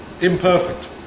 Imperfect